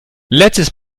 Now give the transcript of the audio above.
letztes